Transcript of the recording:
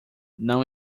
não